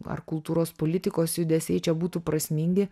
ar kultūros politikos judesiai čia būtų prasmingi